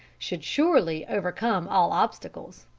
should surely overcome all obstacles